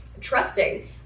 trusting